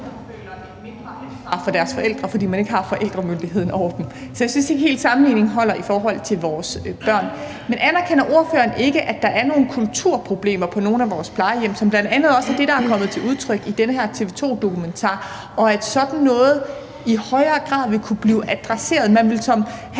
for deres forældre, bare fordi de ikke har forældremyndigheden over dem, så jeg synes ikke helt sammenligningen holder i forhold til vores børn. Men anerkender ordføreren ikke, at der er nogle kulturproblemer på nogle af vores plejehjem, som bl.a. også er det, der er kommet til udtryk i den der TV 2-dokumentar, og at sådan noget i højere grad vil kunne blive adresseret, hvis